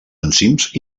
enzims